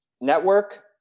network